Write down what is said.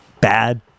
bad